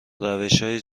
روشهای